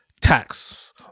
tax